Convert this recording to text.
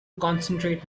concentrate